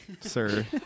Sir